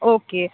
okay